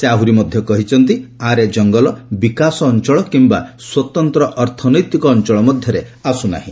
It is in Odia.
ସେ ଆହୁରି ମଧ୍ୟ କହିଛନ୍ତି ଆରେ ଜଙ୍ଗଲ ବିକାଶ ଅଞ୍ଚଳ କିମ୍ବା ସ୍ୱତନ୍ତ୍ର ଅର୍ଥନୈତିକ ଅଞ୍ଚଳ ମଧ୍ୟରେ ଆସୁ ନାହିଁ